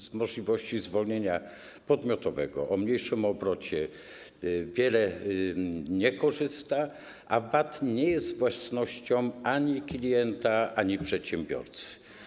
Z możliwości zwolnienia podmiotowego o mniejszym obrocie wiele firm nie korzysta, a VAT nie jest własnością ani klienta, ani przedsiębiorcy.